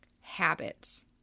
Habits